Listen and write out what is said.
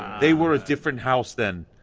they were a different house then.